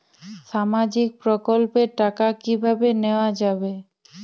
সামাজিক প্রকল্পের টাকা কিভাবে নেওয়া যাবে?